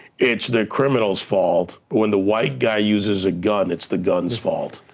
it's the criminal's fault, but when the white guy uses a gun, it's the gun's fault?